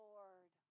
Lord